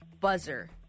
buzzer